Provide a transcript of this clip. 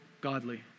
godly